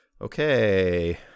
Okay